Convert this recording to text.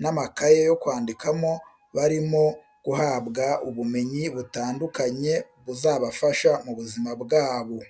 n'amakaye yo kwandikamo, barimo guhabwa ubumenyi butandukanye buzabafasha mu buzima bwabo.